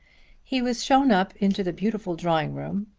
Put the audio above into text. he was shown up into the beautiful drawing-room,